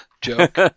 Joke